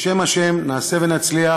בשם השם נעשה ונצליח.